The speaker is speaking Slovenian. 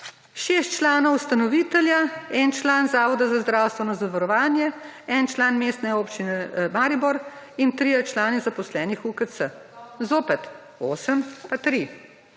6 članov ustanoviteljev, 1 član Zavoda za zdravstveno zavarovanje, 1 član Mestne Občine Maribor in 3 članov zaposlenih v UKC zopet 8 pa 3.